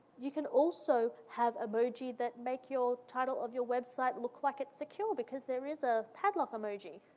you can also have emoji that make your title of your website look like it's secure because there is a padlock emoji,